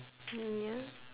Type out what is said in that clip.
ya